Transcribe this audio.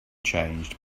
changed